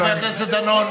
חבר הכנסת דנון.